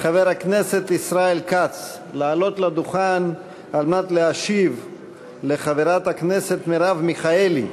חבר הכנסת ישראל כץ לעלות לדוכן על מנת להשיב לחברת הכנסת מרב מיכאלי.